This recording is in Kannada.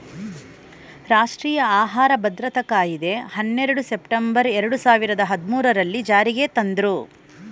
ರಾಷ್ಟ್ರೀಯ ಆಹಾರ ಭದ್ರತಾ ಕಾಯಿದೆ ಹನ್ನೆರಡು ಸೆಪ್ಟೆಂಬರ್ ಎರಡು ಸಾವಿರದ ಹದ್ಮೂರಲ್ಲೀ ಜಾರಿಗೆ ತಂದ್ರೂ